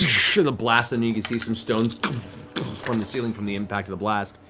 the blast, and you can see some stones from the ceiling from the impact of the blast.